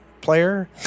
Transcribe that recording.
player